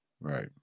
Right